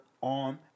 on